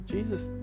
Jesus